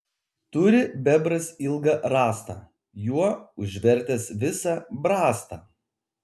turi bebras ilgą rąstą juo užvertęs visą brastą